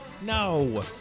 No